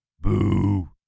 Boo